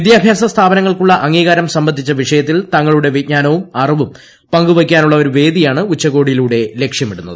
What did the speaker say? വിദ്യാഭ്യാസ സ്ഥാപനങ്ങൾക്കുള്ള അംഗീകാരം സംബന്ധിച്ച വിഷയത്തിൽ തങ്ങളുടെ വിജ്ഞാനവും അറിവും പങ്കുവയ്ക്കാനുള്ള ഒരു വേദിയാണ് ഉച്ചകോടിയിലൂടെ ലക്ഷ്യമിടുന്നത്